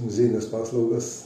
muziejines paslaugas